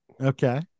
Okay